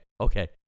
okay